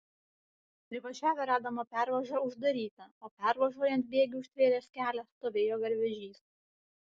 privažiavę radome pervažą uždarytą o pervažoje ant bėgių užtvėręs kelią stovėjo garvežys